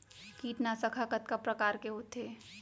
कीटनाशक ह कतका प्रकार के होथे?